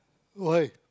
why